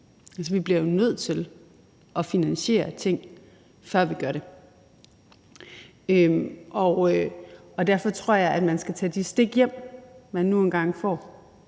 Vi bliver nødt til at finansiere ting, før vi gør det. Derfor tror jeg, man skal tage de stik hjem, man nu engang får.